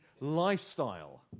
lifestyle